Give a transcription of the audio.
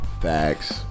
Facts